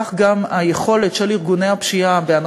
כך גם היכולת של ארגוני הפשיעה לפעול נגד גורמי אכיפת החוק,